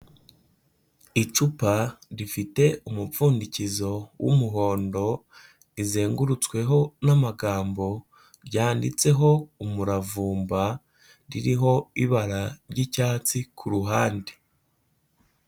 Icupa rifite umupfundikizo w'umuhondo rizengurutsweho n'amagambo ryanditseho umuravumba, ririho ibara ry'icyatsi ku ruhande.